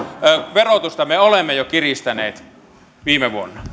verotusta me olemme viime vuonna